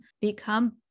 become